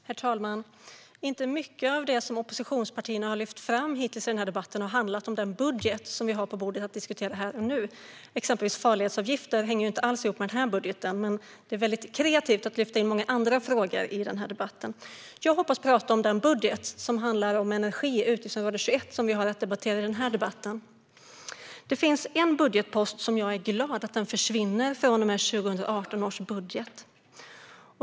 Herr talman! Inte mycket av det som oppositionspartierna hittills har lyft fram i den här debatten har handlat om den budget vi har att diskutera här och nu. Farledsavgifter hänger till exempel inte alls ihop med den här budgeten, men det är väldigt kreativt att lyfta in andra frågor i den här debatten. Jag hoppas att vi ska tala om den budget som handlar om utgiftsområde 21, Energi, som vi har att diskutera i den här debatten. Det finns en budgetpost som jag är glad försvinner från och med 2018 års budget.